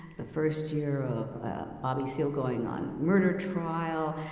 the first year of bobby seale going on murder trial,